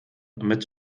mit